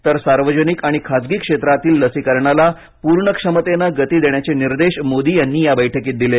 तर सार्वजनिक आणि खाजगी क्षेत्रातील लसीकरणाला पूर्ण क्षमतेने गती देण्याचे निर्देश मोदी यांनी या बैठकीत दिले